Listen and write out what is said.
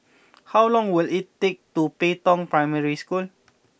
how long will it take to Pei Tong Primary School